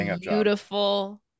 beautiful